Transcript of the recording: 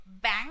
bang